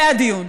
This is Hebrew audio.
זה הדיון.